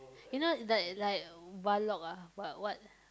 you know like like Valok ah what what